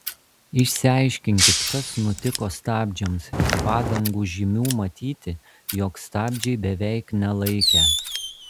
išsiaiškinkit kas nutiko stabdžiams iš padangų žymių matyti jog stabdžiai beveik nelaikė